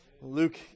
Luke